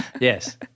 Yes